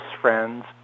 friends